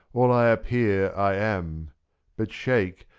all i appear i am but, sheik,